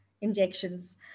injections